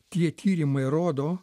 tie tyrimai rodo